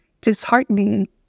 disheartening